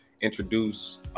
introduce